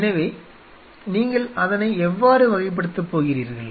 எனவே நீங்கள் அதனை எவ்வாறு வகைப்படுத்தப் போகிறீர்கள்